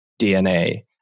DNA